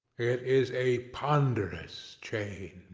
it is a ponderous chain!